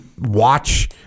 watch